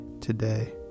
today